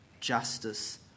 justice